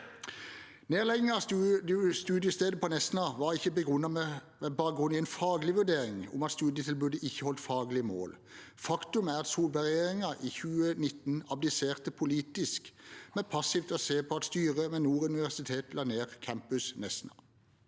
Nedleggingen av studiestedet på Nesna var ikke begrunnet i en faglig vurdering om at studietilbudet ikke holdt faglig mål. Faktum er at Solberg-regjeringen i 2019 abdiserte politisk ved passivt å se på at styret ved Nord universitet la ned Campus Nesna.